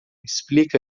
explica